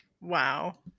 Wow